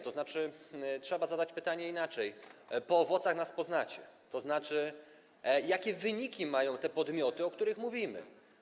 Trzeba zadać pytanie inaczej, po owocach nas poznacie, tzn. jakie wyniki mają te podmioty, o których mówimy.